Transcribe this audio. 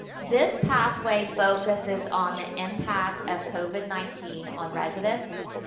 this pathway focuses on the impact of covid nineteen on residents,